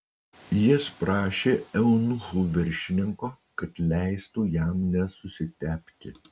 jis prašė eunuchų viršininko kad leistų jam nesusitepti